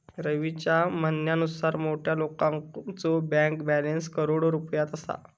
रवीच्या म्हणण्यानुसार मोठ्या लोकांचो बँक बॅलन्स करोडो रुपयात असा